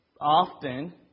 often